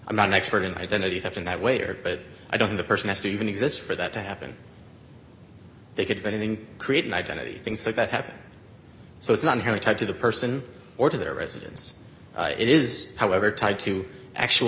i'm not an expert in identity theft and that waiter but i don't the person has to even exist for that to happen they could have anything create an identity things like that happen so it's not inherited to the person or to their residence it is however tied to actual